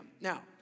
Now